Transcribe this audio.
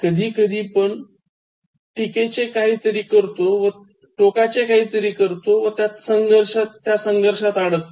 कधीकधी पण टीकेचे काहीतरी करतो व त्या संघर्षात अडकतो